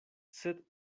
sed